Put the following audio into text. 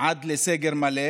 עד לסגר מלא,